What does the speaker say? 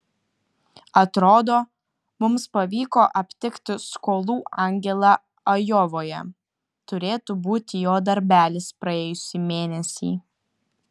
atrodo mums pavyko aptikti skolų angelą ajovoje turėtų būti jo darbelis praėjusį mėnesį